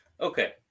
Okay